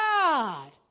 God